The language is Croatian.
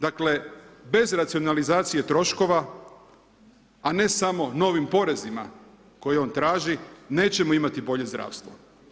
Dakle, bez racionalizacije troškova a ne samo novim porezima koje on traži nećemo imamo bolje zdravstvo.